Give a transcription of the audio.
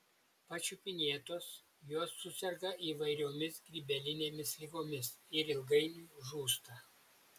pačiupinėtos jos suserga įvairiomis grybelinėmis ligomis ir ilgainiui žūsta